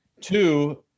two